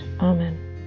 Amen